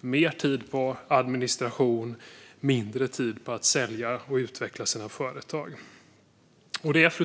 mer tid på administration och mindre tid på att sälja och utveckla sina företag. Fru talman!